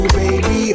baby